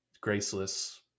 graceless